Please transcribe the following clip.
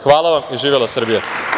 Hvala vam i živela Srbija.